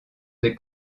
des